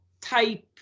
type